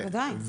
בוודאי.